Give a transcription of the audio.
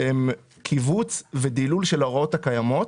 הן כיווץ ודילול של ההוראות הקיימות